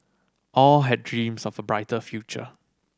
all had dreams of a brighter future